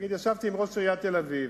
למשל, ישבתי עם ראש עיריית תל-אביב